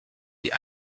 die